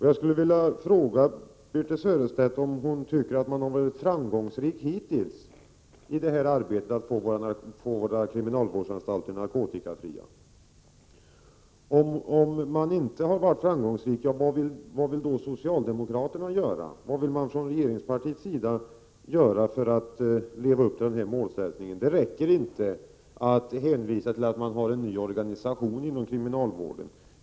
Jag skulle vilja fråga Birthe Sörestedt om hon tycker att arbetet hittills har varit framgångsrikt när det gäller att få kriminalvårdsanstalterna narkotikafria. Om det inte har varit framgångsrikt, vad vill då regeringspartiet göra för att leva upp till målsättningen? Det räcker inte att hänvisa till en ny organisation inom kriminalvården.